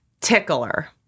tickler